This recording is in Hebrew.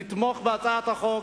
נתמוך בהצעת החוק.